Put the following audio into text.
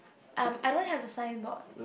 um I don't have a signboard